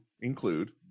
include